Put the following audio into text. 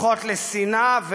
הופכות לשנאה והשְנאה.